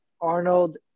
Arnold